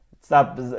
stop